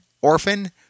Orphan